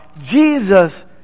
Jesus